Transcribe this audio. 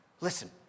Listen